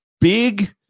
big